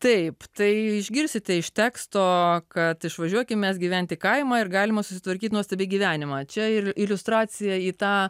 taip tai išgirsite iš teksto kad išvažiuokim mes gyventi į kaimą ir galima susitvarkyti nuostabi gyvenimą čia ir iliustracija į tą